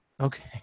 Okay